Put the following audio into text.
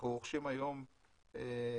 אנחנו רוכשים היום מלווייתן,